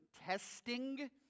testing